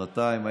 שנתיים,